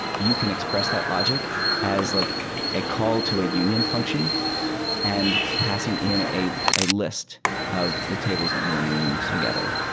you can express that logic as like a call to a union function and passing in a a list of the tables that you want to union together.